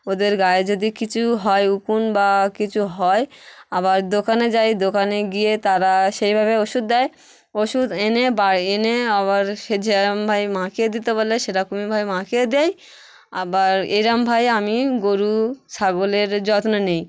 ওদের গায়ে যদি কিছু হয় উকুন বা কিছু হয় আবার দোকানে যাই দোকানে গিয়ে তারা সেইভাবে ওষুধ দেয় ওষুধ এনে বা এনে আবার সে যেরকমভাবে মাখিয়ে দিতে বলে সেরকমইভাবে মাখিয়ে দিই আবার এরকমভাবে আমি গোরু ছাগলের যত্ন নিই